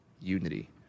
unity